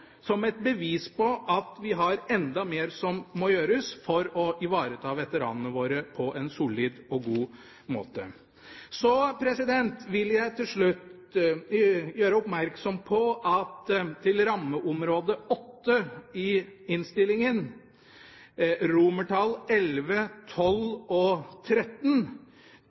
et bevis på at vi har enda mer som må gjøres for å ivareta veteranene våre på en solid og god måte. Så vil jeg til slutt gjøre oppmerksom på at når det gjelder rammeområde 8 i innstillingen, kommer regjeringspartiene under voteringen senere i dag til å stemme imot XI, XII og